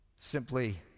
simply